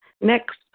Next